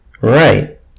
Right